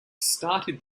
started